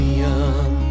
young